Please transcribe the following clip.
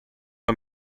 una